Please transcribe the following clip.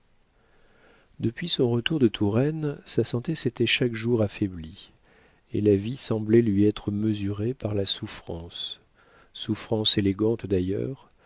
depuis son retour de touraine sa santé s'était chaque jour affaiblie et la vie semblait lui être mesurée par la souffrance souffrance élégante d'ailleurs